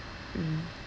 mm